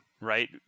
right